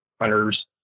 hunters